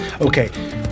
Okay